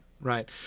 Right